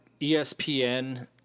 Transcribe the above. ESPN